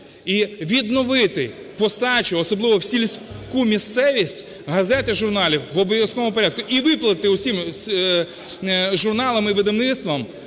І відновити постачу, особливо в сільську місцевість, газет і журналів в обов'язковому порядку, і виплатити усім журналам і видавництвам